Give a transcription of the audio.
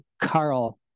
Carl